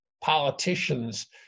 politicians